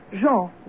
Jean